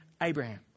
Abraham